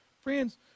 Friends